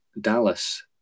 Dallas